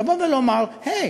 באים ואומרים: היי,